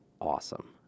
Awesome